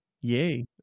Yay